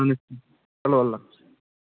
اَہَن حظ چلو اللہ حافظ